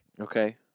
Okay